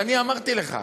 ואני אמרתי לך,